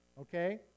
okay